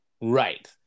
Right